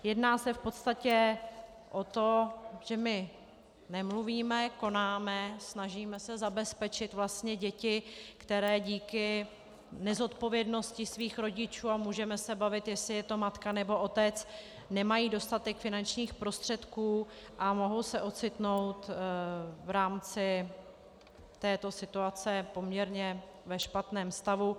Jedná se v podstatě o to, že my nemluvíme, konáme, snažíme se zabezpečit vlastně děti, které díky nezodpovědnosti svých rodičů a můžeme se bavit, jestli je to matka, nebo otec nemají dostatek finančních prostředků a mohou se ocitnout v rámci této situace v poměrně špatném stavu.